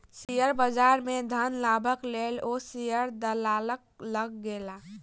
share बजार में धन लाभक लेल ओ शेयर दलालक लग गेला